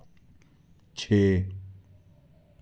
छे